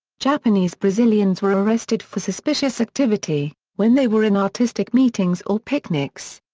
japanese brazilians were arrested for suspicious activity when they were in artistic meetings or picnics.